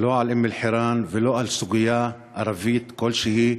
לא על אום-אלחיראן ולא על סוגיה ערבית כלשהי,